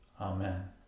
Amen